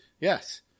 Yes